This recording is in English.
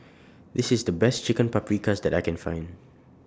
This IS The Best Chicken Paprikas that I Can Find